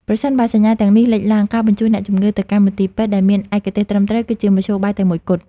ប្រសិនបើសញ្ញាទាំងនេះលេចឡើង ការបញ្ជូនអ្នកជំងឺទៅកាន់មន្ទីរពេទ្យដែលមានឯកទេសត្រឹមត្រូវគឺជាមធ្យោបាយតែមួយគត់។